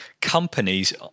companies